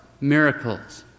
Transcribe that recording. miracles